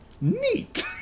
Neat